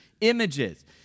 images